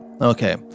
Okay